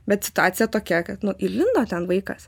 bet situacija tokia kad nu įlindo ten vaikas